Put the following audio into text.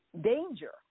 danger